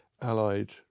allied